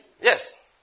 Yes